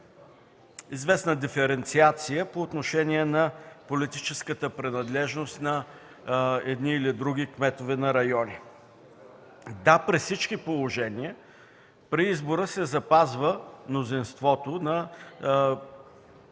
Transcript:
известна диференциация по отношение на политическата принадлежност на едни или други кметове на райони. Да, при всички положения при избора се запазва мнозинството на